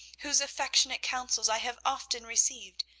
whose affectionate counsels i have often received,